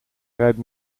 rijdt